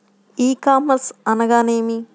ఈ కామర్స్ అనగానేమి?